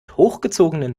hochgezogenen